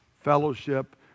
fellowship